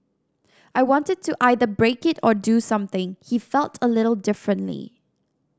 I wanted to either break it or do something he felt a little differently